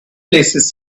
places